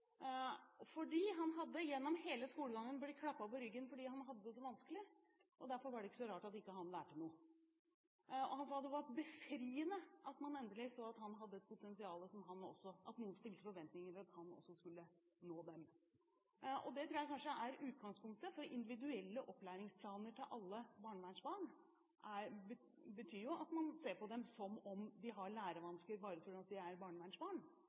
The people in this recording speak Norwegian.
Han hadde gjennom hele skolegangen blitt klappet på ryggen fordi han hadde det så vanskelig, og derfor var det ikke så rart at ikke han lærte noe. Han sa at det var befriende at man endelig så at han hadde et potensial, at noen stilte krav og hadde forventninger om at han også skulle nå dem. Det tror jeg kanskje er utgangspunktet, for individuelle opplæringsplaner til alle barnevernsbarn betyr at man ser på dem som om de har lærevansker bare fordi de er